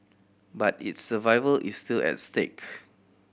but its survival is still at stake